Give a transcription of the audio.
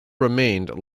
remained